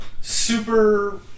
super